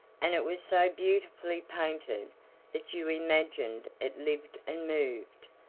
and it was so beautifully painted that you imagined it lived and moved,